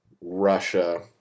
russia